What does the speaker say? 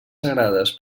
sagrades